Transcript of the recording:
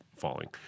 falling